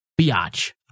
Biatch